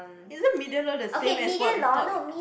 is it medium law the same as what we talk